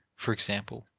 for example,